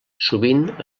sovint